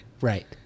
Right